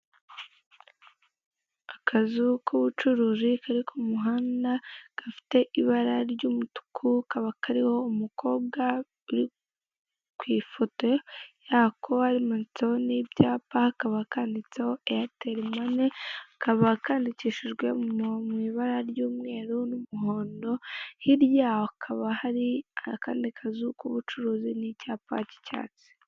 Akazu k'ubucuruzi kari ku muhanda gafite ibara ry'umutuku, kaba kariho umukobwa uri kw'ifoto yako hamanitseho n'ibyapa, kaba kanditseho,"airtel money", kaba kandikishijwe mw'ibara ry'umweru n'umuhondo, hirya hakaba hari akandi kazu k'ubucuruzi n'icyapa cy'icyatsi